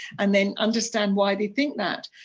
and then understand why they think that,